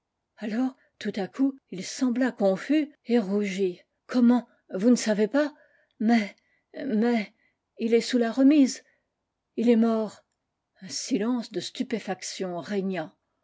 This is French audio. alors tout à coup il sembla confus et rougit comment vous ne savez pas mais mais il est sous la remise il est mort un silence de stupéfaction régna